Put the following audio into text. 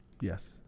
Yes